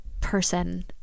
person